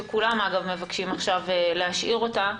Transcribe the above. שכולם אגב מבקשים עכשיו להשאיר אותה,